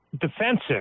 defensive